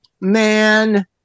man